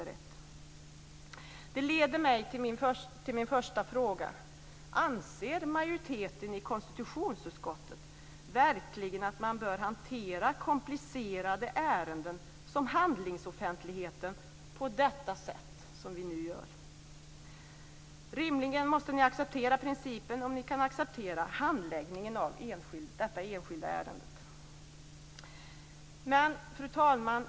Detta leder mig till min första fråga: Anser majoriteten i konstitutionsutskottet verkligen att man bör hantera komplicerade ärenden om handlingsoffentligheten på det sätt som vi nu gör? Rimligen måste ni acceptera principen om ni kan acceptera handläggningen av detta enskilda ärende. Fru talman!